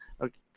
okay